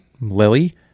Lily